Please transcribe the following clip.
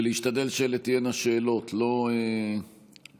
להשתדל שאלה תהיינה שאלות ולא נאום.